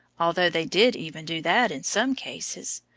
although they did even do that in some cases.